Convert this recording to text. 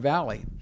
Valley